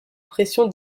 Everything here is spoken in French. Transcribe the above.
pression